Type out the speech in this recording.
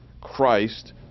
christ